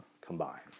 combined